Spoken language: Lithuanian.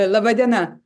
laba diena